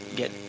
get